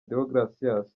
deogratias